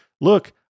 look